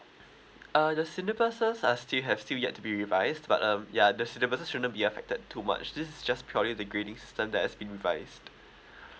uh the syllabuses are still have still yet to be revise but um ya that's the syllabuses shouldn't be affected too much this is just purely the grading system that has been rise